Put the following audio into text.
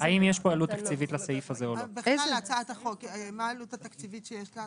האם יש לסעיף הזה עלות תקציבית או לא.